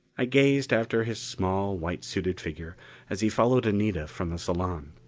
i gazed after his small white-suited figure as he followed anita from the salon.